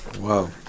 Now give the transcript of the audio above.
Wow